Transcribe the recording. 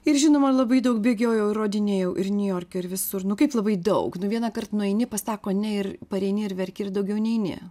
ir žinoma labai daug bėgiojau įrodinėjau ir niujorke ir visur nu kaip labai daug nu vienąkart nueini pasako ne ir pareini ir verki ir daugiau neini